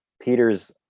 Peter's